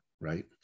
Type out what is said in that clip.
right